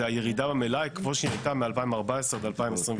הירידה במלאי כמו שהיא הייתה ב-2014 ו-2023,